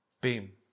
beam